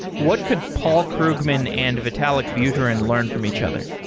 what could paul krugman and vitalik buterin learn from each other?